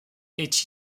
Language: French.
est